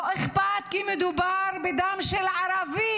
לא אכפת, כי מדובר בדם של ערבי,